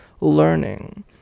learning